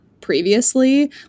previously